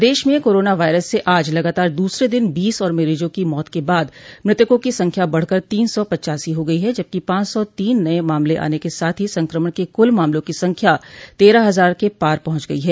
प्रदेश में coronavirus से आज लगातार दूसरे दिन बीस और मरीजों की मौत के बाद मृतकों की संख्या बढ़कर तीन सौ पच्चासी हो गई है जबकि पांच सौ तीन नये मामले आने के साथ ही संक्रमण के कुल मामलों की संख्या तेरह हजार के पार पहुंच गई है